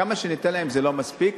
כמה שניתן להם זה לא מספיק